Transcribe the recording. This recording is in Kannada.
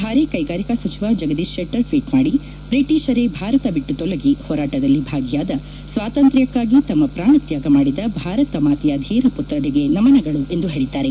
ಭಾರೀ ಕೈಗಾರಿಕಾ ಸಚಿವ ಜಗದೀಶ್ ಶೆಟ್ಟರ್ ಟ್ವೀಟ್ ಮಾದಿ ಬ್ರಿಟಿಷರೇ ಭಾರತ ಬಿಟ್ಟು ತೊಲಗಿ ಹೋರಾಟದಲ್ಲಿ ಭಾಗಿಯಾದ ಸ್ವಾತಂತ್ರ್ತ ಕ್ಕಾಗಿ ತಮ್ಮ ಪ್ರಾಣ ತ್ಯಾಗ ಮಾಡಿದ ಭಾರತ ಮಾತೆಯ ಧೀರ ಪುತ್ರರಿಗೆ ನಮನಗಳು ಎಂದು ಹೇಳಿದ್ದಾರೆ